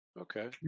Okay